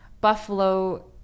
buffalo